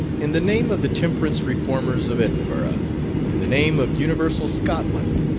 in the name of the temperance reformers of edinburgh in the name of universal scotland,